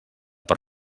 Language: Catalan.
per